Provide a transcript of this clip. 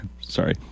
Sorry